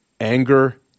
anger